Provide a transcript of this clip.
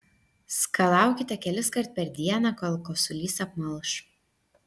skalaukite keliskart per dieną kol kosulys apmalš